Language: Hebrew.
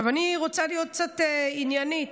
אני רוצה להיות קצת עניינית,